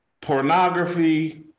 pornography